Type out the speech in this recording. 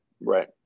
Right